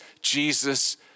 Jesus